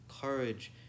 courage